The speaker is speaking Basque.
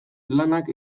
lanak